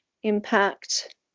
impact